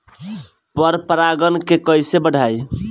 पर परा गण के कईसे बढ़ाई?